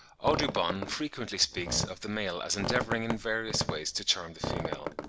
audubon frequently speaks of the male as endeavouring in various ways to charm the female.